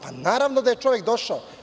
Pa, naravno da je čovek došao.